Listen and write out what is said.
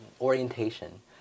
orientation